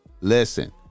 listen